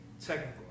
Technical